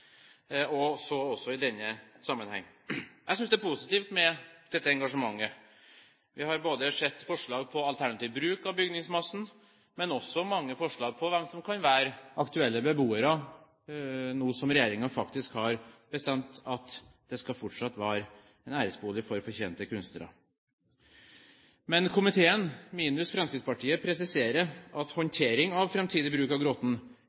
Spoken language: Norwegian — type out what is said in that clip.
så også i denne sammenheng. Jeg synes det er positivt med dette engasjementet. Vi har sett forslag til alternativ bruk av bygningsmassen, men også mange forslag til hvem som kan være aktuelle beboere nå som regjeringen faktisk har bestemt at det fortsatt skal være en æresbolig for fortjente kunstnere. Men komiteen, minus Fremskrittspartiet, presiserer at håndtering av framtidig bruk av